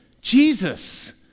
Jesus